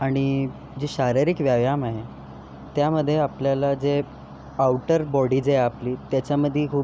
आणि जे शारिरीक व्यायाम आहे त्यामध्ये आपल्याला जे आउटर बॉडी जे आहे आपली त्याच्यामध्ये खूप